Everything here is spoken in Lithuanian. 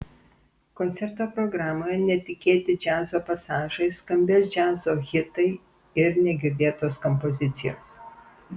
koncerto programoje netikėti džiazo pasažai skambės džiazo hitai ir negirdėtos kompozicijos